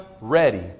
ready